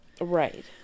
right